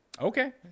Okay